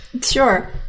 Sure